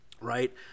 right